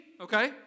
okay